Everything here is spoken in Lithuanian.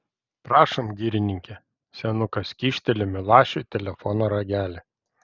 prašom girininke senukas kyšteli milašiui telefono ragelį